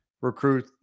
recruit